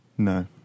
No